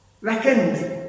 reckoned